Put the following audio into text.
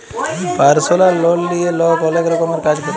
পারসলাল লল লিঁয়ে লক অলেক রকমের কাজ ক্যরে